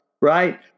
Right